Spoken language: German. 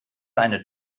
eine